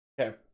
Okay